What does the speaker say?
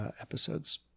episodes